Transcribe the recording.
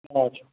আচ্ছা